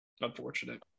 Unfortunate